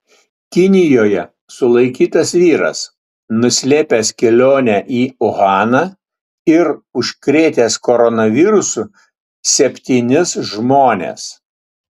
kinijoje sulaikytas vyras nuslėpęs kelionę į uhaną ir užkrėtęs koronavirusu septynis žmones